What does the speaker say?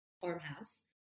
farmhouse